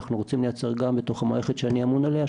אנחנו רוצים לייצר גם בתוך המערכת שאני אמון עליה,